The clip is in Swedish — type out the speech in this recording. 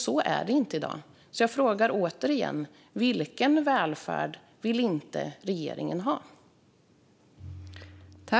Så är det inte i dag. Därför frågar jag igen: Vilken välfärd vill regeringen inte ha?